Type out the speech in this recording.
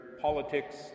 politics